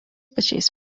pačiais